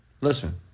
Listen